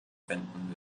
finden